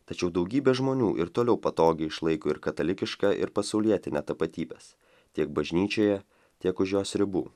tačiau daugybė žmonių ir toliau patogiai išlaiko ir katalikišką ir pasaulietinę tapatybes tiek bažnyčioje tiek už jos ribų